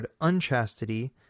unchastity